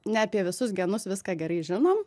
ne apie visus genus viską gerai žinom